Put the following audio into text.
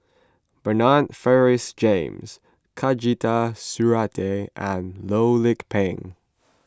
Bernard Francis James Khatijah Surattee and Loh Lik Peng